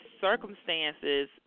circumstances